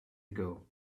ago